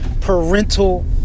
parental